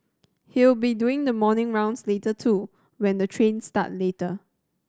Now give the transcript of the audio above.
he'll be doing the morning rounds later too when the trains start later